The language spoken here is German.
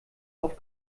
auf